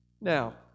Now